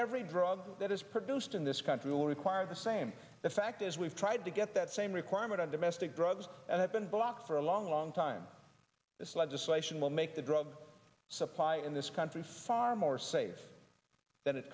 every drug that is produced in this country will require the same the fact is we've tried to get that same requirement on domestic drugs and have been blocked for a long long time this legislation will make the drug supply in this country far more safe than it